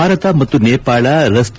ಭಾರತ ಮತ್ತು ನೇಪಾಳ ರಸ್ತೆ